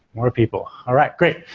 more people. all right, great,